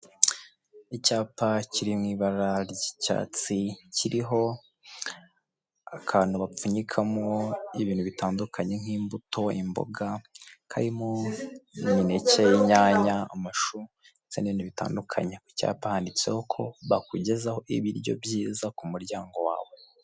Icyapa kiri mu'i ibara ry'icyatsi kiriho akantu bapfunyikamo ibintu bitandukanye nk'imbuto, imboga, karimo imineke, inyanya amashu ndetse n'ibindi bitandukanye, ku cyap handitseho ko bakugezaho ibiryo byiza ku muryango wawe.